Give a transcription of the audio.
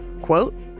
quote